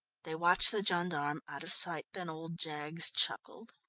they watched the gendarme out of sight. then old jaggs chuckled.